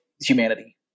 humanity